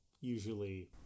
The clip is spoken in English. Usually